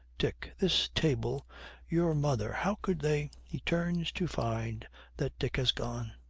dick, this table your mother how could they he turns, to find that dick has gone.